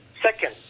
Second